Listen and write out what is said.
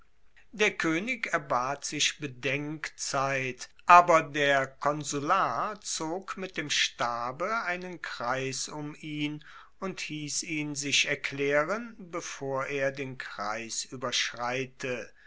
der koenig erbat sich bedenkzeit aber der konsular zog mit dem stabe einen kreis um ihn und hiess ihn sich erklaeren bevor er den kreis ueberschreite